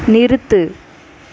நிறுத்து